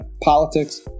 politics